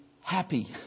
happy